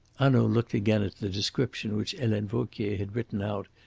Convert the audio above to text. hanaud looked again at the description which helene vauquier had written out,